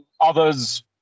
others